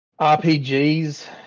RPGs